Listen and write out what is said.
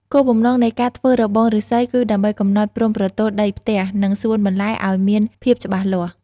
គោលបំណងនៃការធ្វើរបងឬស្សីគឺដើម្បីកំណត់ព្រំប្រទល់ដីផ្ទះ និងសួនបន្លែឱ្យមានភាពច្បាស់លាស់។